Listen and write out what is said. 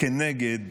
כנגד